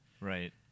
Right